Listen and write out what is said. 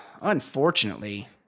unfortunately